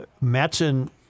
Matson